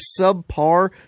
subpar